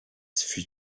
fut